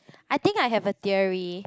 I think I have a theory